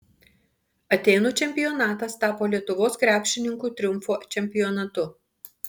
atėnų čempionatas tapo lietuvos krepšininkų triumfo čempionatu